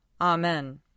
Amen